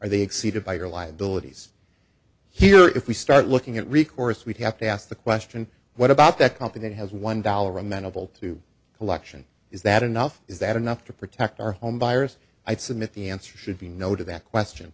are they exceeded by your liabilities here if we start looking at recourse we have to ask the question what about that competent has one dollar amenable to collection is that enough is that enough to protect our home buyers i submit the answer should be no to that question